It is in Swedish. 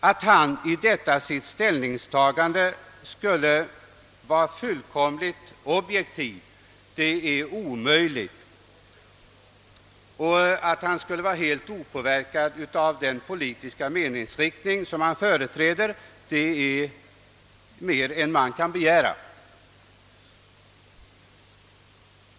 Att han i sina ställningstaganden skulle vara fullkomligt objektiv är omöjligt, och att han skulle vara helt opåverkad av den politiska meningsriktning som han företräder är mer än vad som kan begäras.